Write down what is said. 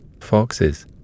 foxes